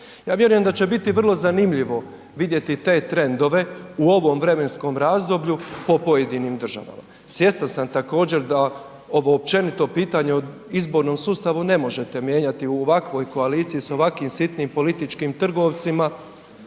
Ja vjerujem da će biti vrlo zanimljivo vidjeti te trendove u ovom vremenskom razdoblju po pojedinim državama. Svjestan sam također da ovo općenito pitanje o izbornom sustavu ne možete mijenjati u ovakvoj koaliciji sa ovakvim sitnim političkim trgovcima